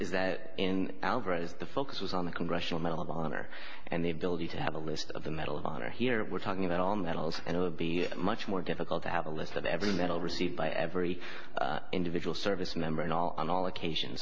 that in alvarez the focus was on the congressional medal of honor and the ability to have a list of the medal of honor here we're talking about on that and it would be much more difficult to have a list of every medal received by every individual service member and all on all occasions